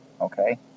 Okay